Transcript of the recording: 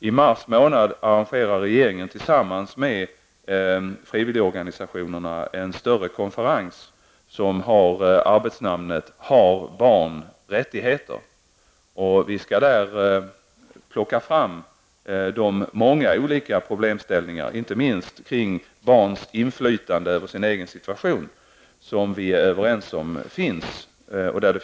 I mars nästa år arrangerar regeringen tillsammans med frivilligorganisationerna en större konferens med arbetsnamnet ''Har barn rättigheter?''. Där skall vi ta fram många olika problemställningar, inte minst kring barns inflytande över sin egen situation. Vi är överens om att det finns problem därvidlag.